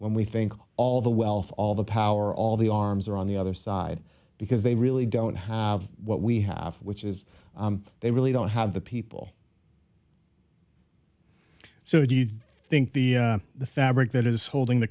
when we think all the wealth all the power all the arms are on the other side because they really don't have what we have which is they really don't have the people so do you think the fabric that is holding the